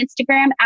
Instagram